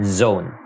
zone